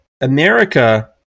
America